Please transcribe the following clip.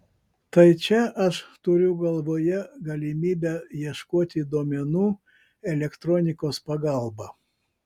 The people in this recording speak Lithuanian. tai čia aš turiu galvoje galimybę ieškoti duomenų elektronikos pagalba